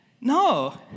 no